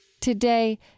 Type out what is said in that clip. Today